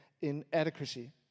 inadequacy